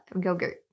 yogurt